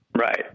Right